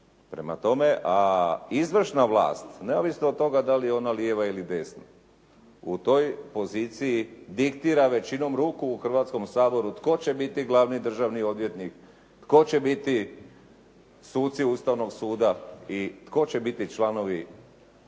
Prema tome, izvršna vlast neovisno od toga da li je ona lijeva ili desna u toj poziciji diktira većinom ruku u Hrvatskom saboru tko će biti glavni državni odvjetnik, tko će biti suci Ustavnog suda i tko će biti članovi